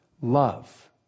Love